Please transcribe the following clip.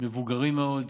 מבוגרים מאוד,